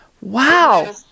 Wow